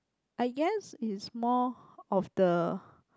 I guess is more of the